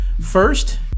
first